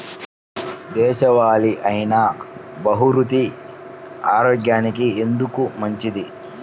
దేశవాలి అయినా బహ్రూతి ఆరోగ్యానికి ఎందుకు మంచిది?